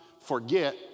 forget